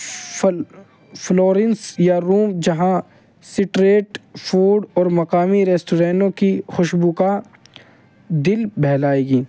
فل Florence یا Rome جہاں street food اور مقامی ریسٹورینوں کی خوشبو کا دل بہلائے گی